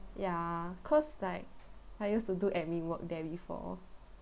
ya cause like I used to do admin work there before